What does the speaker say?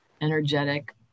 energetic